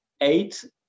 eight